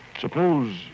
Suppose